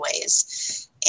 ways